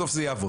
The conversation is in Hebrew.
בסוף זה יעבוד.